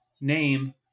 name